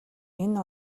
энэ